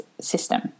system